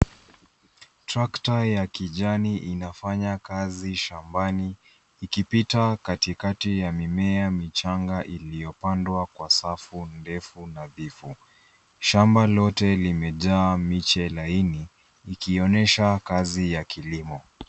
(cs) Tractor(cs) ya kijani inafanya kazi shambani ikipita katikati ya mimea michanga iliyopandwa kwa safu ndefu nadhifu . Shamba lote limejaa miche laini ikionyesha kazi ya kilimo.